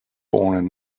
born